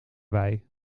wei